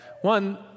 One